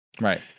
Right